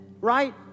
right